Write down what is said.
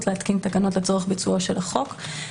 להתקין תקנות לצורך ביצוע של החוק.